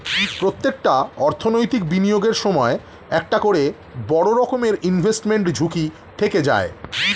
প্রত্যেকটা অর্থনৈতিক বিনিয়োগের সময় একটা করে বড় রকমের ইনভেস্টমেন্ট ঝুঁকি থেকে যায়